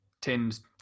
tins